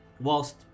whilst